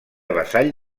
vassall